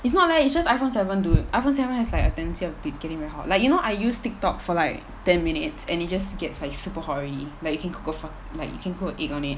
it's not that it's just iphone seven dude iphone seven has like a tendency of be~ getting very hot like you know I used tiktok for like ten minutes and it just gets like super hot already like you can cook a fu~ like you can cook a egg on it